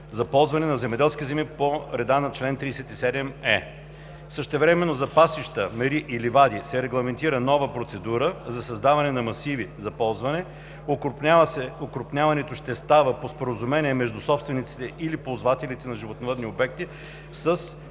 за ползване на земеделски земи по реда на чл. 37в. Същевременно за пасища, мери и ливади се регламентира нова процедура за създаване на масиви за ползване. Окрупняването ще става по споразумение между собственици или ползватели на животновъдни обекти с